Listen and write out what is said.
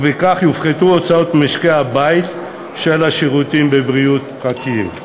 ובכך יופחתו הוצאות משקי-הבית על שירותי בריאות פרטיים.